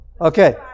Okay